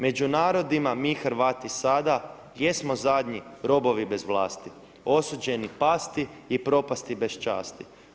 Među narodima mi Hrvati sada, jesmo zadnji robovi bez vlasti, osuđeni pasti i propasti bez časti.